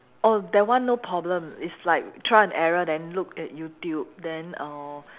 oh that one no problem it's like trial and error then look at YouTube then err